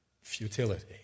futility